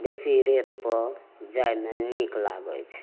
बेसी रेतपर जाइमे नीक लागय छै